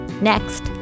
Next